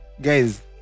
guys